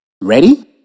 Ready